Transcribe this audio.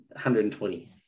120